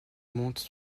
montre